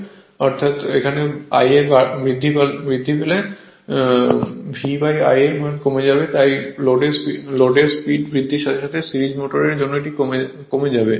কারণ যদি Ia বাড়ে তাহলে V Ia কমে যাবে তাই লোডের স্পিড বৃদ্ধির সাথে সাথে সিরিজ মোটরের জন্য এটি কমে যায়